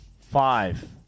Five